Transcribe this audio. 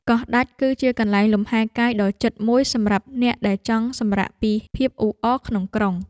កោះដាច់គឺជាកន្លែងលំហែកាយដ៏ជិតមួយសម្រាប់អ្នកដែលចង់សម្រាកពីភាពអ៊ូអរក្នុងក្រុង។